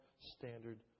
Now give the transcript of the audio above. standard